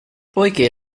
poiché